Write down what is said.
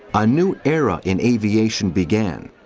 a new era in aviation began,